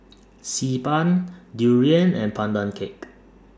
Xi Ban Durian and Pandan Cake